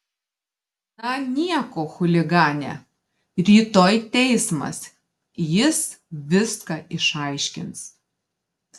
na nieko chuligane rytoj teismas jis viską išaiškins